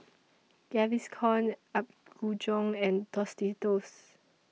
Gaviscon Apgujeong and Tostitos